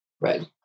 Right